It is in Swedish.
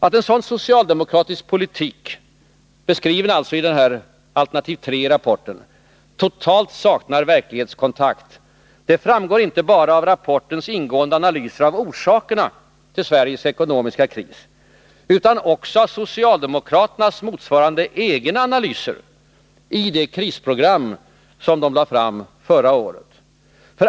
Att en sådan socialdemokratisk politik — beskriven i rapportens alternativ III — totalt saknar verklighetskontakt framgår inte bara av rapportens ingående analyser av orsakerna till Sveriges ekonomiska kris utan också av socialdemokraternas motsvarande egna analyser i det krisprogram som lades fram förra året.